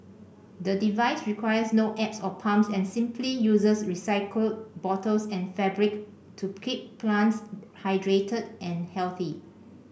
the device requires no apps or pumps and simply uses recycled bottles and fabric to keep plants hydrated and healthy